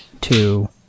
two